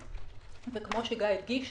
כמו שגיא הדגיש,